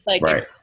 Right